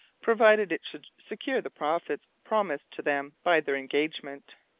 provided it should secure the profits promised to them by their engagement.